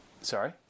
Sorry